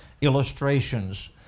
illustrations